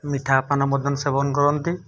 ମିଠାପାନ ମଧ୍ୟ ସେବନ କରନ୍ତି